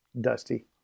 dusty